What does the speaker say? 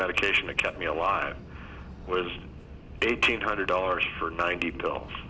medication to keep me alive was eighteen hundred dollars for ninety pill